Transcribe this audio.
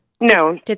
No